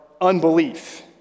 unbelief